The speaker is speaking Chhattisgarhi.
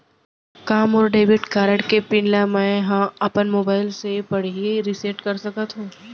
का मोर डेबिट कारड के पिन ल मैं ह अपन मोबाइल से पड़ही रिसेट कर सकत हो?